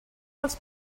els